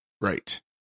right